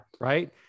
Right